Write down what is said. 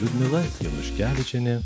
liudmila januškevičienė